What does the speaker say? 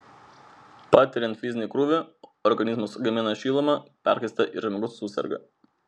patiriant fizinį krūvį organizmas gamina šilumą perkaista ir žmogus suserga